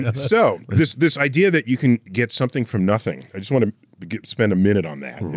and so this this idea that you can get something from nothing, i just wanna spend a minute on that,